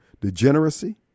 degeneracy